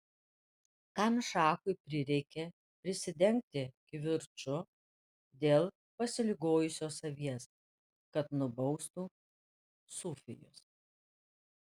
kam šachui prireikė prisidengti kivirču dėl pasiligojusios avies kad nubaustų sufijus